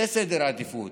זה סדר עדיפויות,